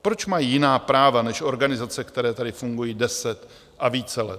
Proč mají jiná práva než organizace, které tady fungují 10 a více let?